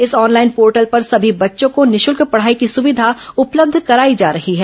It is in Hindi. इस ऑनलाइन पोर्टल पर सभी बच्चों को निःशुल्क पढ़ाई की सुविधा उपलब्ध कराई जा रही है